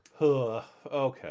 Okay